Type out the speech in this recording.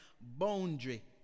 boundary